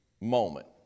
moment